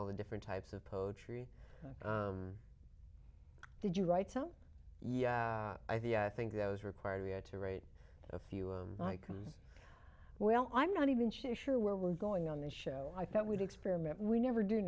all the different types of poetry did you write some yeah i think that was required we had to write a few i can well i'm not even sure where we're going on the show i thought we'd experiment we never do